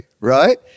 Right